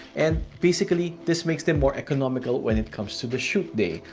and basically, this makes them more economical when it comes to the shoot day.